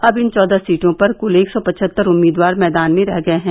अब इन चौदह सीटों पर कुल एक सौ पचहत्तर उम्मीदवार मैदान में रह गये हैं